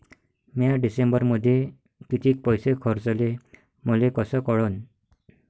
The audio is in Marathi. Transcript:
म्या डिसेंबरमध्ये कितीक पैसे खर्चले मले कस कळन?